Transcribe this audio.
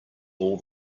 all